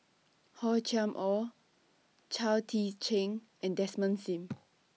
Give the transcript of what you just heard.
Hor Chim Or Chao Tzee Cheng and Desmond SIM